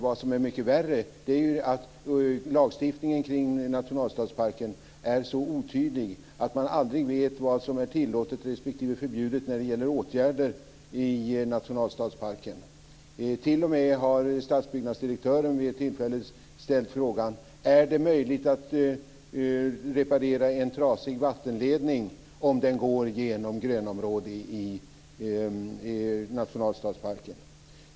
Vad som är mycket värre är att lagstiftningen är så otydlig att man aldrig vet vad som är tillåtet respektive förbjudet när det gäller åtgärder i nationalstadsparken. Stadsbyggnadsdirektören har t.o.m. vid ett tillfälle ställt frågan om det är möjligt att reparera en trasig vattenledning om den går genom grönområde i nationalstadsparken.